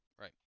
right